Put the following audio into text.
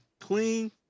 clean